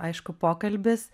aišku pokalbis